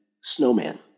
Snowman